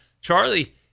Charlie